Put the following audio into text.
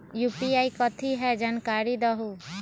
UPI कथी है? जानकारी दहु